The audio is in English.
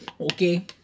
okay